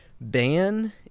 ban